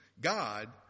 God